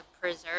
preserve